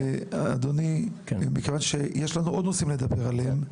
אדוני, מכיוון שיש לנו עוד נושאים לדבר עליהם,